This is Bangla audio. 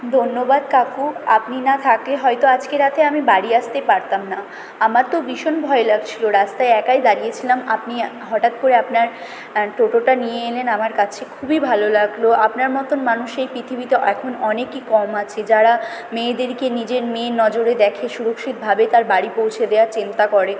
ধন্যবাদ কাকু আপনি না থাকলে হয়তো আজকে রাতে আমি বাড়ি আসতে পারতাম না আমার তো ভীষণ ভয় লাগছিল রাস্তায় একাই দাঁড়িয়েছিলাম আপনি হঠাৎ করে আপনার টোটোটা নিয়ে এলেন আমার কাছে খুবই ভালো লাগল আপনার মতন মানুষ এই পৃথিবীতে এখন অনেকই কম আছে যারা মেয়েদেরকে নিজের মেয়ের নজরে দেখে সুরক্ষিতভাবে তার বাড়ি পৌঁছে দেওয়ার চিন্তা করে